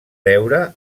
deure